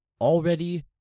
already